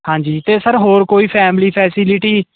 ਹਾਂਜੀ ਤੇ ਸਰ ਹੋਰ ਕੋਈ ਫੈਮਲੀ ਫੈਸੀਲਿਟੀ